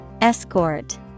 Escort